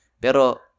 Pero